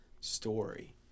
story